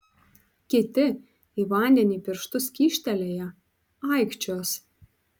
kiti į vandenį pirštus kyštelėję aikčios